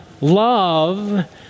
love